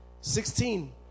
Sixteen